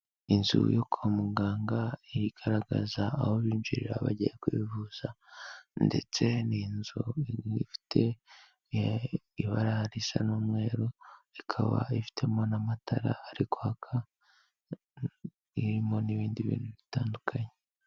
Inzu yo kwa muganga irigaragaza aho binjirira bagiye kwivuza ndetse ni inzu ifite ibara risa n'umweru, ikaba ifitemo n'amatara ari kwaka, irimo n'ibindi bintu bitandukanye.